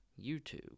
YouTube